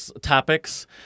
topics